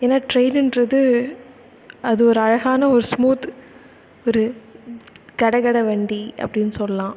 ஏன்னால் ட்ரெய்ன்னுன்றது அது ஒரு அழகான ஒரு ஸ்மூத் ஒரு கட கட வண்டி அப்படின்னு சொல்லலாம்